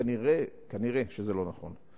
כנראה זה לא נכון.